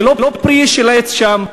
זה לא פרי של עץ שם,